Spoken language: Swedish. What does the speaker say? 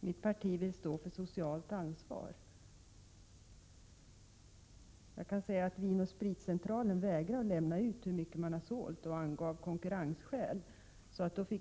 Herr talman! Mitt parti står för socialt ansvar. Vin & Spritcentralen vägrar lämna ut uppgifter om hur mycket man har sålt, och man har därvid anfört konkurrensskäl.